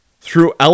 throughout